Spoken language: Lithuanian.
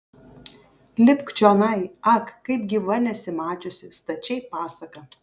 lipk čionai ak kaip gyva nesi mačiusi stačiai pasaka